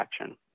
action